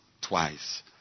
twice